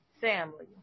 family